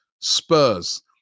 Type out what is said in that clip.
Spurs